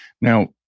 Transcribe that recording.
Now